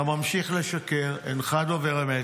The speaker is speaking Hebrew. אתה ממשיך לשקר, אינך דובר אמת.